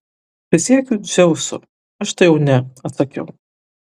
prisiekiu dzeusu aš tai jau ne atsakiau